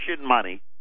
money